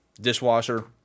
dishwasher